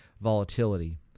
volatility